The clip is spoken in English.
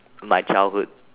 my childhood